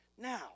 now